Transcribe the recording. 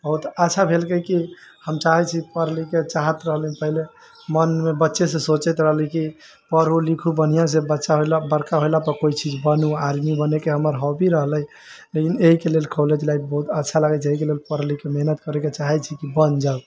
बहुत अच्छा भेल के की हम चाहै छी पढ़ लिख के चाहत रहलू पहले मन मे बच्चे से सोचैत रहलू की पढू लिखू बढ़िऑं से बच्चा बड़का भेला पर कोइ चीज बनू आर्मी बने के हमरा हॉबी रहलै एहि के लेल कॉलेज लाइफ बहुत अच्छा लागै छै एहि के लेल पढ़ लिखके मेहनत करके चाहै छी की बन जाउ